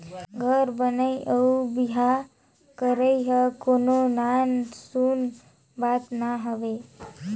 घर बनई अउ बिहा करई हर कोनो नान सून बात ना हवे